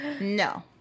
No